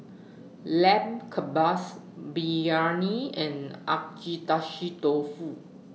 Lamb Kebabs Biryani and Agedashi Dofu